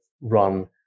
run